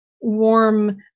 warm